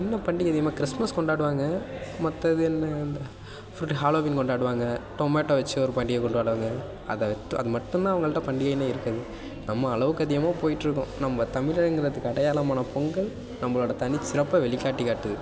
என்ன பண்டிகை இதே மாதிரி கிறிஸ்மஸ் கொண்டாடுவாங்க மற்ற இது என்ன இந்த ஃபுட் ஹாலோவீன் கொண்டாடுவாங்க டொமேட்டோ வச்சு ஒரு பண்டிகை கொண்டாடுவாங்க அதை அது மட்டும்தான் அவங்கள்கிட்ட பண்டிகைனே இருக்குறது நம்ம அளவுக்கு அதிகமாக போய்ட்டுருக்கோம் நம்ம தமிழர்ங்கிறதுக்கு அடையாளமான பொங்கல் நம்பளோட தனி சிறப்பை வெளிக்காட்டி காட்டுது